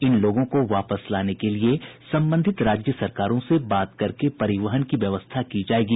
इन लोगों को वापस लाने के लिए संबंधित राज्य सरकारों से बात करके परिवहन की व्यवस्था की जायेगी